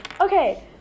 Okay